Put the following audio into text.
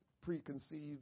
preconceived